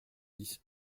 dix